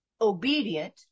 obedient